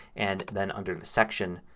and then under the section